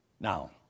Now